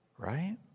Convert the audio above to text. right